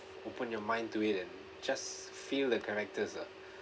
open your mind to it and just feel the characters ah